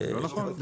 לא נכון.